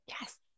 Yes